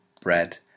bread